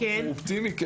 אופטימי.